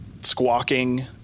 squawking